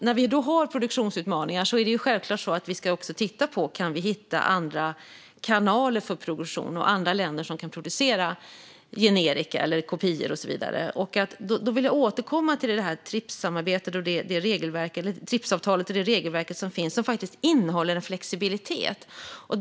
När vi har produktionsutmaningar är det självklart så att vi ska titta på om vi kan hitta andra kanaler för produktion och andra länder som kan producera generika, kopior och så vidare. Jag vill återkomma till Tripsavtalet och det regelverk som finns. Det innehåller en flexibilitet.